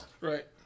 right